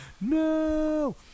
No